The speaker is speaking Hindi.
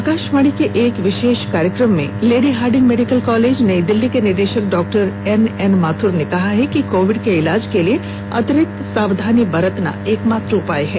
आकाशवाणी के एक विशेष कार्यक्रम में लेडी हार्डिंग मेडिकल कॉलेज नयी दिल्ली के निदेशक डॉ एनएन माथुर ने कहा है कि कोविड के इलाज के लिए अतिरिक्त सावधानी बरतना एकमात्र उपाय है